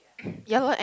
ya loh and